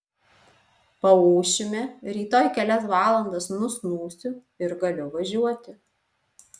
paūšime rytoj kelias valandas nusnūsiu ir galiu važiuoti